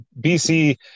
bc